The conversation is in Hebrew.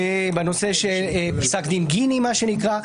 או בכשרות בנושא של פסק דין גיני, מה שנקרא.